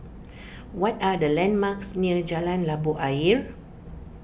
what are the landmarks near Jalan Labu Ayer